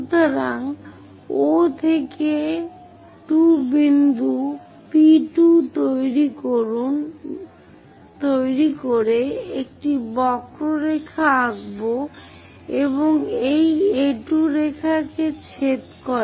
সুতরাং O থেকে 2 একটি বিন্দু P2 তৈরি করে একটি বক্ররেখা আঁকবো যা এই A2 রেখাকে ছেদ করে